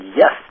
yes